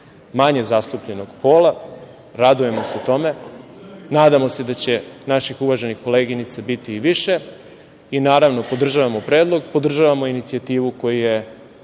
manje zastupljenog pola, radujemo se tome. Nadamo se da će naših uvaženih koleginica biti i više. I, naravno, podržavamo predlog, podržavamo inicijativu koju je